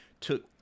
took